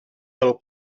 del